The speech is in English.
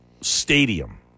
stadium